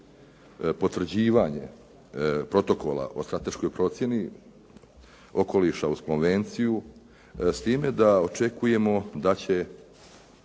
potvrđivanje Protokola o strateškoj procjeni okoliša uz konvenciju, s time da očekujemo da će